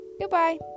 goodbye